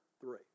three